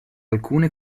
alcune